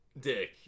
dick